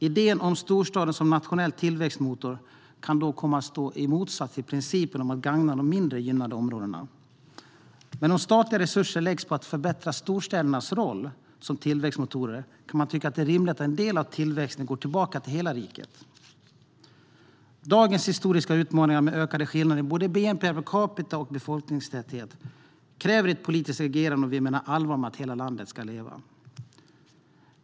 Idén om storstaden som nationell tillväxtmotor kan då komma att stå i motsättning till principen om att gagna de mindre gynnade områdena. Men om statliga resurser läggs på att förbättra storstädernas roll som tillväxtmotorer kan det tyckas rimligt att en del av tillväxten går tillbaka till hela riket. Dagens historiska utmaningar med ökande skillnader i både bnp per capita och befolkningstäthet kräver ett politiskt agerande om vi menar allvar med att hela landet ska leva.